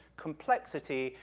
complexity,